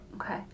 Okay